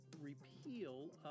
repeal